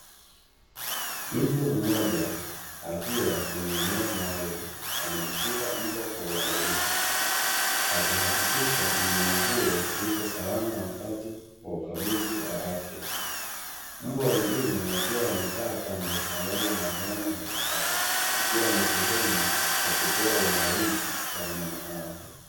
Mtu mmoja akiwa kwenye eneo maalumu, amemshika mbwa kwa uangalifu. Akihakikisha mnyama huyo yupo salama wakati wa ukaguzi wa afya. Mbwa wengine wakiwa wamekaa kando pamoja na wanyama mbalimbali, ikiwa ni sehemu ya kutoa uangalizi kwa wanyama hao.